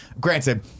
granted